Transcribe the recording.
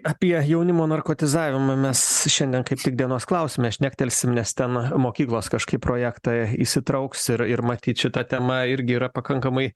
apie jaunimo narkotizavimą mes šiandien kaip tik dienos klausime šnektelsim nes ten mokyklos kažkaip projektą įsitrauks ir ir matyt šita tema irgi yra pakankamai